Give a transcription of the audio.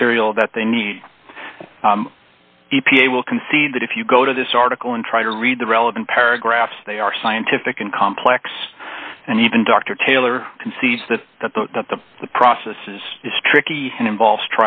material that they need e p a will concede that if you go to this article and try to read the relevant paragraphs they are scientific and complex and even dr taylor concedes that that the the process is tricky and involves